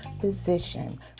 physician